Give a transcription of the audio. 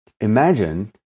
Imagine